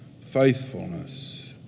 faithfulness